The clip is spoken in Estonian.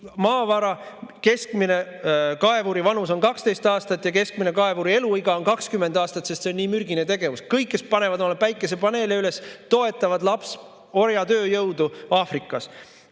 maavara. Keskmine kaevuri vanus on 12 aastat ja keskmine kaevuri eluiga on 20 aastat, sest see on nii mürgine tegevus. Kõik, kes panevad päikesepaneele üles, toetavad lapsorjade tööjõudu Aafrikas.